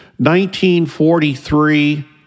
1943